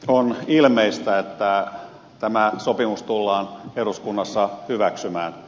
on ilmeistä että tämä sopimus tullaan eduskunnassa hyväksymään